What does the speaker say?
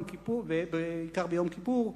בעיקר ביום כיפור,